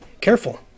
careful